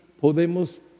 podemos